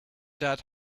that